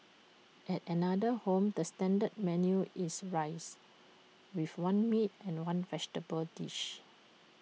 at another home the standard menu is rice with one meat and one vegetable dish